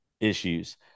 Issues